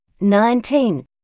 nineteen